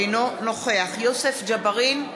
אינו נוכח יוסף ג'בארין,